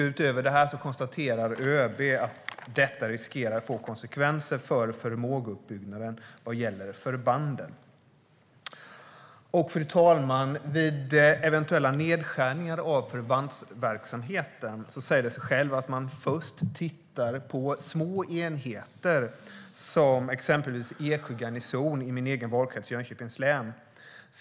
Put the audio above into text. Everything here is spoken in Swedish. Utöver detta konstaterar ÖB att detta riskerar att få konsekvenser för förmågeuppbyggnaden vad gäller förbanden. Fru talman! Vid eventuella nedskärningar av förbandsverksamheten säger det sig självt att man först tittar på små enheter, som exempelvis Eksjö garnison i min egen valkrets Jönköpings län.